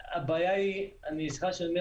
הבעיה היא לא הכשרה סליחה שאני אומר